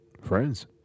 friends